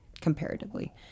comparatively